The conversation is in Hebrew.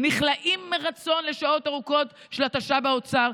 נכלאים מרצון לשעות ארוכות של התשה באוצר,